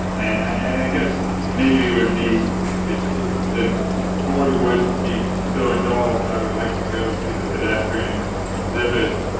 and i guess maybe it would be if the board would be so indulged, i would like to go to the pedestrian exhibit,